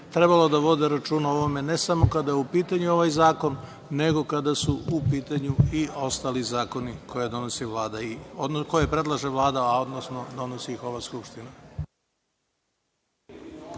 trebalo da vode računa o ovome ne samo kada je u pitanju ovaj zakon, nego kada su u pitanju i ostali zakoni koje predlaže Vlada, a donosi ih ova Skupština.